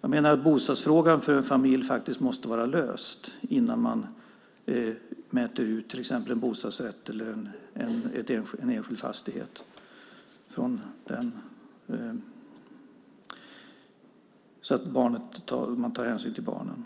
Jag menar att bostadsfrågan för en familj faktiskt måste vara löst innan man mäter ut till exempel en bostadsrätt eller en enskild fastighet så att man tar hänsyn till barnen.